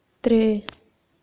त्रै